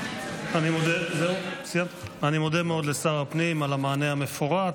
אני מודה מאוד לשר הפנים על המענה המפורט.